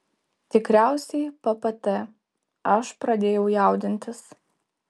tikriausiai ppt aš pradėjau jaudintis